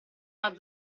una